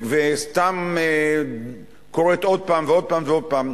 וסתם קוראת עוד פעם, ועוד פעם,